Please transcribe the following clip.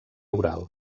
oral